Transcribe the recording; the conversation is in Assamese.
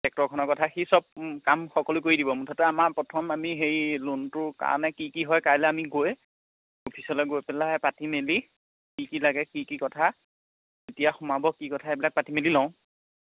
টেক্টৰখনৰ কথা সি চব কাম সকলো কৰি দিব মুঠতে আমাৰ পথম আমি হেৰি লোনটোৰ কাৰণে কি কি হয় কাইলৈ আমি গৈ অফিচলে গৈ পেলাই পাতি মেলি কি কি লাগে কি কি কথা কেতিয়া সোমাব কি কথা এইবিলাক পাতি মেলি লওঁ